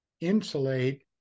insulate